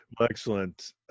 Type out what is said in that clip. Excellent